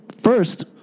First